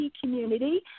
community